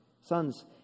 sons